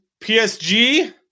PSG